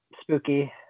spooky